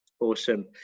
awesome